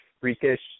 freakish